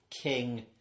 King